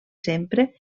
sempre